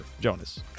Jonas